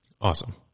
Awesome